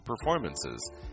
performances